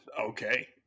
Okay